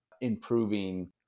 improving